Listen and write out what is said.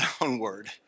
downward